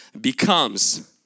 becomes